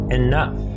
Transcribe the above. enough